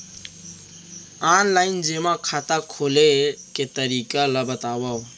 Online जेमा खाता खोले के तरीका ल बतावव?